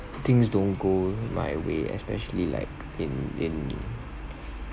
things don't go my way especially like in in